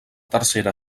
tercera